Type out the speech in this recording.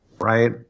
Right